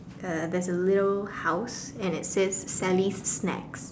uh there's a little house and it says Sally's snacks